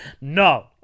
No